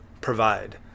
provide